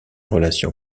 relations